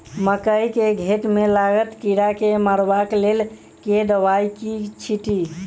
मकई केँ घेँट मे लागल कीड़ा केँ मारबाक लेल केँ दवाई केँ छीटि?